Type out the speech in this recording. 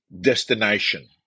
destination